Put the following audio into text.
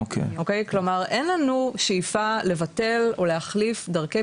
כלומר אין לנו שאיפה לבטל או להחליף דרכי